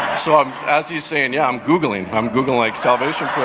so, um as he's saying, yeah, i'm googling. i'm googling like salvation prayer.